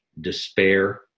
despair